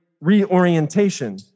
reorientation